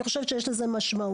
אני חושבת שיש לזה משמעות.